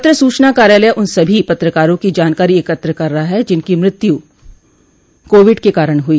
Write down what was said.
पत्र सूचना कार्यालय उन सभी पत्रकारों की जानकारी एकत्र कर रहा है जिनकी मृत्यु कोविड के कारण हुई